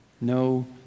No